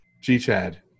G-Chad